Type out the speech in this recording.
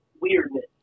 Weirdness